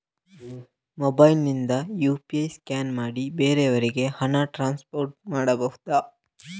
Mobile ನಿಂದ UPI scan ಮಾಡಿ ಬೇರೆಯವರಿಗೆ ಹಣ ಟ್ರಾನ್ಸ್ಫರ್ ಮಾಡಬಹುದ?